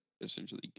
essentially